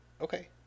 Okay